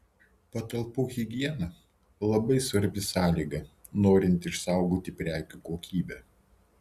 patalpų higiena labai svarbi sąlyga norint išsaugoti prekių kokybę